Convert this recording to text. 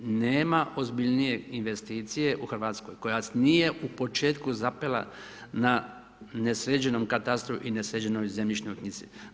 Nema ozbiljnije investicije u Hrvatskoj koja nije u početku zapela na nesređenom katastru i nesređenoj zemljišnoj knjizi.